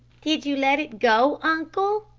did you let it go, uncle?